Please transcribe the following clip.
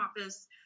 office